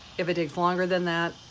if it takes longer than that,